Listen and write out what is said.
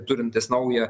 turintis naują